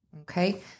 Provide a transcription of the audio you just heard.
Okay